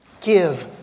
Give